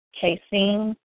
Casein